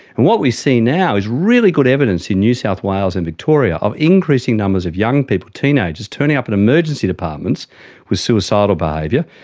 and what we see now is really good evidence in new south wales and victoria of increasing numbers of young people, teenagers, turning up in emergency departments with suicidal behaviour,